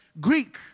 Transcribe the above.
Greek